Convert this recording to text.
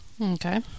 Okay